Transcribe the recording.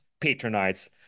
patronize